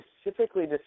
specifically